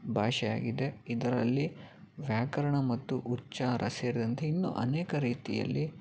ಭಾಷೆಯಾಗಿದೆ ಇದರಲ್ಲಿ ವ್ಯಾಕರಣ ಮತ್ತು ಉಚ್ಚಾರ ಸೇರಿದಂತೆ ಇನ್ನೂ ಅನೇಕ ರೀತಿಯಲ್ಲಿ